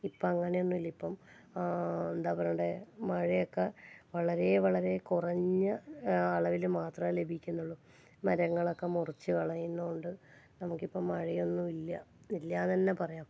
ഇപ്പം അങ്ങനെയൊന്നുമില്ല ഇപ്പം എന്താ പറയേണ്ടത് മഴയൊക്കെ വളരെ വളരെ കുറഞ്ഞ അളവിൽ മാത്രമേ ലഭിക്കുന്നുള്ളൂ മരങ്ങളൊക്കെ മുറിച്ചു കളയുന്നുണ്ട് നമുക്കിപ്പോൾ മഴയൊന്നും ഇല്ല ഇല്ലാന്ന് തന്നെ പറയാം